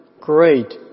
Great